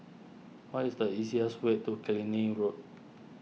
what is the easiest way to Killiney Road